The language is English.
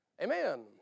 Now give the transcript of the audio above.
Amen